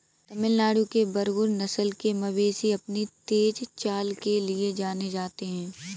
तमिलनाडु के बरगुर नस्ल के मवेशी अपनी तेज चाल के लिए जाने जाते हैं